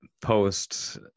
post